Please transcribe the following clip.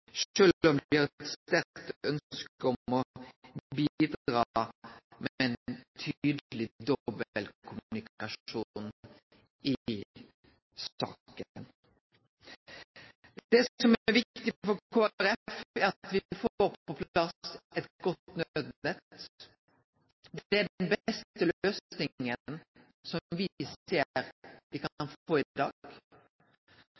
sjølv om dei har eit sterkt ønske om å bidra med ein tydeleg dobbeltkommunikasjon i saka. Det som er viktig for Kristeleg Folkeparti, er at me får på plass eit godt naudnett. Det er den beste løysinga som me ser me kan